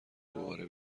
دوباره